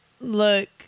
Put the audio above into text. look